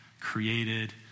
created